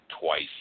twice